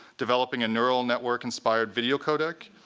developing a neural network-inspired video codec,